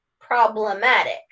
problematic